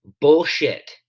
Bullshit